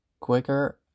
quicker